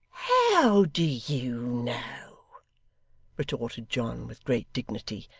how do you know retorted john with great dignity.